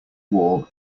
wall